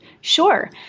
Sure